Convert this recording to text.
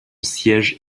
siège